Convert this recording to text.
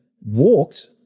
walked